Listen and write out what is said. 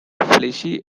fleshy